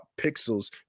pixels